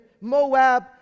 Moab